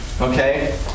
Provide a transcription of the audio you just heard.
Okay